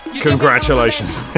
Congratulations